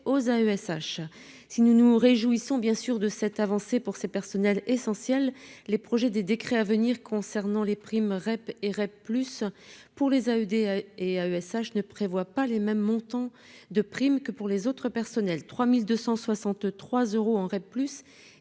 aux AESH, si nous nous réjouissons bien sûr de cette avancée pour ces personnels essentiels les projets des décrets à venir concernant les primes Rep et Rep plus pour les AUD et AESH ne prévoit pas les mêmes montants de prime que pour les autres personnels 3263 euros aurait